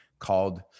Called